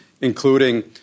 including